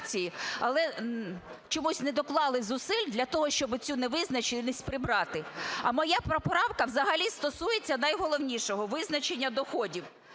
але чомусь не доклали зусиль для того, щоб цю невизначеність прибрати. А моя поправка взагалі стосується найголовнішого – визначення доходів.